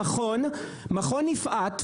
למכון יפעת,